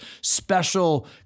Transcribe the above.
special